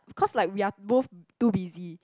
because like we are both too busy